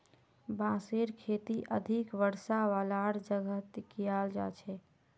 बांसेर खेती अधिक वर्षा वालार जगहत कियाल जा छेक